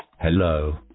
hello